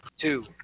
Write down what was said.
two